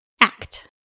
Act